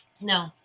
No